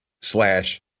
slash